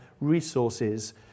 resources